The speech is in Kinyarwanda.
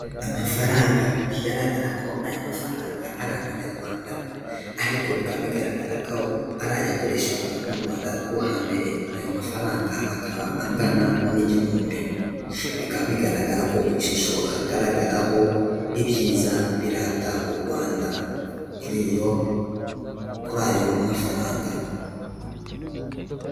Amafaranga bigaragara ko aya mafaranga ari amanyarwanda, ariko bikaba bigaragara ko ari ayakoreshwaga m'u Rwanda rwo hambere, ayo mafaranga akaba angana n'igihumbi, bikaba bigaragara ko ku ishusho hagaragaraho ibyiza birata u Rwanda kuri ayo mafaranga.